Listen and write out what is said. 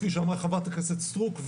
כפי שאמרה חברת הכנסת סטרוק,